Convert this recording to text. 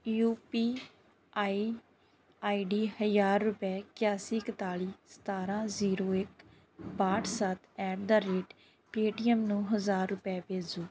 you P I I D ਹਜ਼ਾਰ ਰੁਪਏ ਇਕਾਸੀ ਇੱਕਤਾਲੀ ਸਤਾਰ੍ਹਾਂ ਜ਼ੀਰੋ ਇੱਕ ਬਾਹਠ ਸੱਤ ਐਟ ਦਾ ਰੇਟ ਪੇਟੀਐਮ ਨੂੰ ਹਜ਼ਾਰ ਰੁਪਏ ਭੇਜੋ